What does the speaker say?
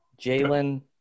Jalen